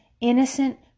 innocent